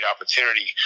opportunity